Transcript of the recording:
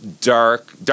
dark